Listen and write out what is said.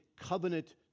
covenant